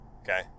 Okay